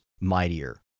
mightier